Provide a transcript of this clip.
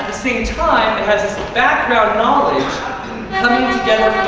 same time, it has this background knowledge coming together